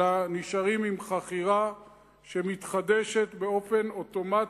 אלא נשארים עם חכירה שמתחדשת באופן אוטומטי.